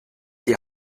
die